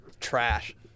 Trash